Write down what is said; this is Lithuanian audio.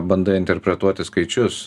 bandai interpretuoti skaičius